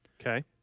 Okay